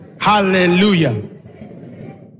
Hallelujah